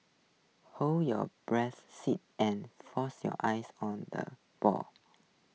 hold your breath and focus your eyes on the ball